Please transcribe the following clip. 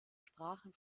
sprachen